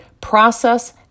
process